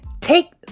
take